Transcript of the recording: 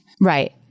Right